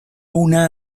una